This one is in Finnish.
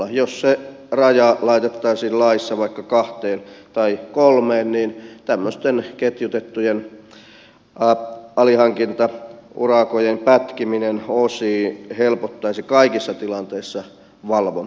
jos se raja laitettaisiin laissa vaikka kahteen tai kolmeen niin tämmöisten ketjutettujen alihankintaurakoiden pätkiminen osiin helpottaisi kaikissa tilanteissa valvontaa